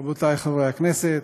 רבותי חברי הכנסת,